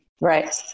Right